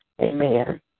Amen